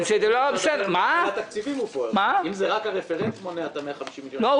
אם זה רק הרפרנט מונע את --- לא,